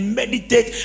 meditate